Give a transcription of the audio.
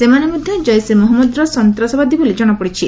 ସେମାନେ ମଧ୍ୟ କୈସେ ମହମ୍ମଦର ସନ୍ତାସବାଦୀ ବୋଲି କଣାପଡ଼ିଛି